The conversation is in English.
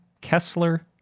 Kessler